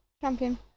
champion